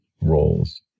roles